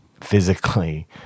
physically